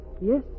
Yes